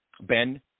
Ben